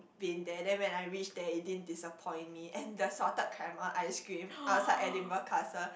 been there then when I reach there it didn't disappoint me and the salted caramel ice cream I was like Edinburgh castle